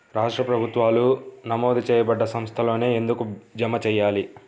రాష్ట్ర ప్రభుత్వాలు నమోదు చేయబడ్డ సంస్థలలోనే ఎందుకు జమ చెయ్యాలి?